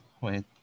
Wait